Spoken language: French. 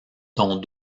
dont